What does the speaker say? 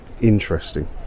interesting